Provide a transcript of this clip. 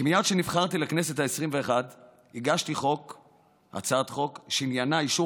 כי מייד כשנבחרתי לכנסת העשרים-ואחת הגשתי הצעת חוק שעניינה אישור